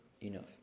enough